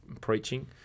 preaching